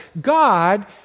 God